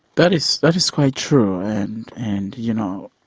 that is that is quite true, and and you know.